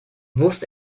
wusste